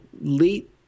late –